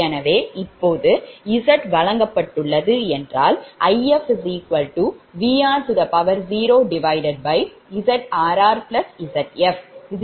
எனவே இப்போது z வழங்கப்பட்டுள்ளது என்றால்If Vr 0ZrrZf V3 0Z3301j0